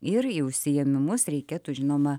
ir į užsiėmimus reikėtų žinoma